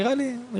נראה לי טבעי.